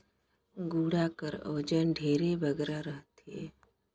गाड़ा कर ओजन ढेरे बगरा रहथे